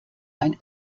ein